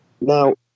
Now